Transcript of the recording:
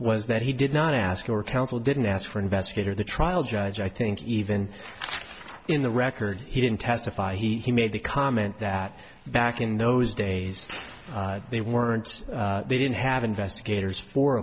was that he did not ask your counsel didn't ask for investigator the trial judge i think even in the record he didn't testify he made the comment that back in those days they weren't they didn't have investigators for